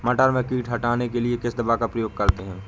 मटर में कीट हटाने के लिए किस दवा का प्रयोग करते हैं?